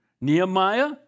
Nehemiah